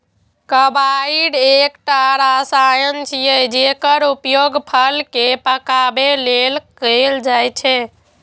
carbide एकटा रसायन छियै, जेकर उपयोग फल कें पकाबै लेल कैल जाइ छै